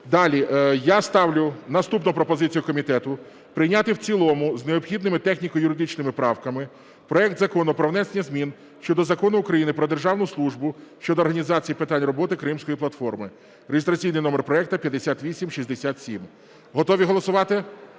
Далі я ставлю наступну пропозицію комітету прийняти в цілому з необхідними техніко-юридичними правками проект Закону про внесення змін щодо Закону України "Про державну службу" щодо організаційних питань роботи Кримської платформи (реєстраційний номер проекту 5867). Готові голосувати?